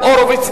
ניצן הורוביץ,